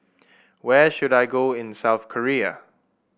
where should I go in South Korea